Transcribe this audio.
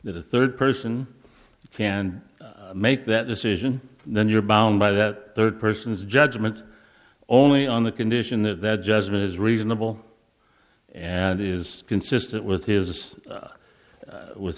that a third person can make that decision then you're bound by that third person's judgment only on the condition that that judgment is reasonable and is consistent with his with